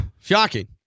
Shocking